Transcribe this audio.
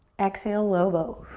exhale, low boat.